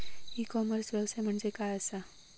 E commerce व्यवसाय म्हणजे काय असा?